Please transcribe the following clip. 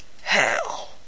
hell